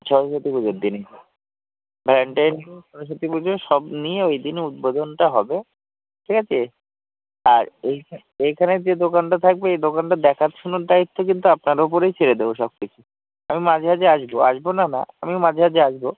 সরস্বতী পুজোর দিনই ভ্যালেন্টাইন হোক সরস্বতী পুজো সব নিয়ে ওই দিনে উদ্বোধনটা হবে ঠিক আছে আর এইখান এইখানের যে দোকানটা থাকবে এই দোকানটার দেখাশুনোর দায়িত্ব কিন্তু আপনার ওপরেই ছেড়ে দেবো সব কিছু আমি মাঝে মাঝে আসবো আসবো না না আমি মাঝে মাঝে আসবো